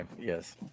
yes